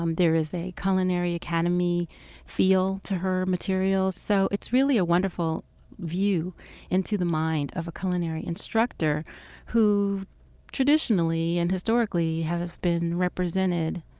um there is a culinary academy feel to her material. so it's really a wonderful view into the mind of a culinary instructor who traditionally and historically have been represented